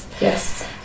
Yes